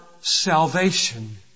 salvation